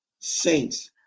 Saints